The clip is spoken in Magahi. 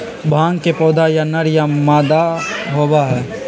भांग के पौधा या नर या मादा होबा हई